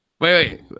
wait